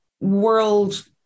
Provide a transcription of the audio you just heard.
world